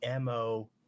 MO